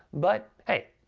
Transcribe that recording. but hey,